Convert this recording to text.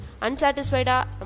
unsatisfied